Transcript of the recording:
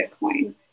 Bitcoin